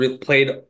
played